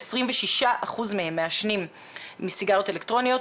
26% מהם מעשנים סיגריות אלקטרוניות,